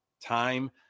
Time